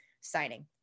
signing